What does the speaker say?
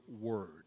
word